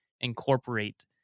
incorporate